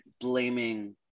blaming